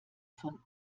von